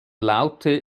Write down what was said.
laute